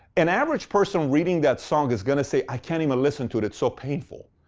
an average person reading that song is going to say, i can't even listen to it, it's so painful.